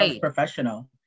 Professional